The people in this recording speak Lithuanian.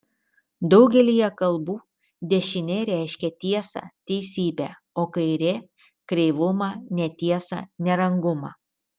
daugelyje kalbų dešinė reiškia tiesą teisybę o kairė kreivumą netiesą nerangumą